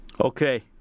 Okay